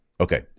Okay